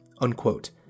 unquote